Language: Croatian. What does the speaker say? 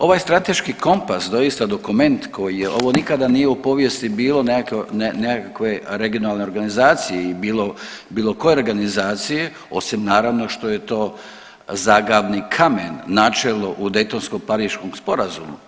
Ovaj strateški kompas, doista dokument koji je, ovo nikada nije u povijesti bilo nekakve regionalne organizacije i bilo koje organizacije osim naravno što je to zaglavni kamen, načelo u Daytonsko-pariškom sporazumu.